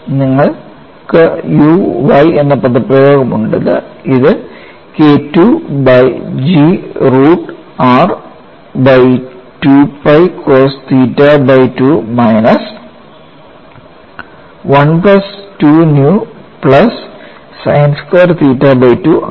നിങ്ങൾക്ക് u y എന്ന പദപ്രയോഗം ഉണ്ട് അത് K II by G root r by 2 pi cos theta by 2 minus 1 plus 2 nu plus sine square theta by 2 ആണ്